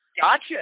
gotcha